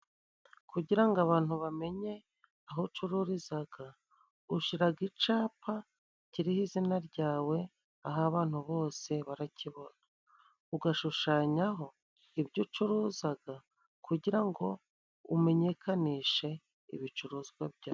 Kugira ngo abantu bamenye aho ucururizaga, ushiraga icapa kiriho izina ryawe aho abantu bose barakibona. Ugashushanyaho ibyo ucuruzaga, kugira ngo umenyekanishe ibicuruzwa byawe.